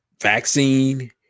vaccine